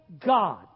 God